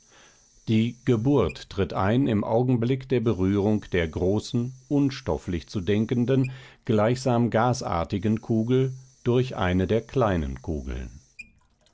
die geburt tritt ein im augenblick der berührung der großen unstofflich zu denkenden gleichsam gasartigen kugel durch eine der kleinen kugeln